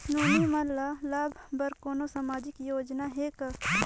नोनी मन ल लाभ बर कोनो सामाजिक योजना हे का?